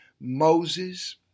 Moses